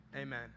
Amen